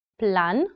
plan